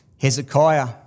Hezekiah